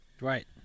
Right